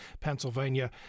Pennsylvania